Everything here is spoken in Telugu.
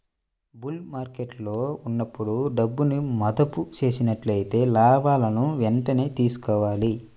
బుల్ మార్కెట్టులో ఉన్నప్పుడు డబ్బును మదుపు చేసినట్లయితే లాభాలను వెంటనే తీసుకోవాలి